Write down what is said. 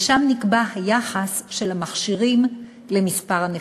ושם נקבע היחס של המכשירים למספר הנפשות.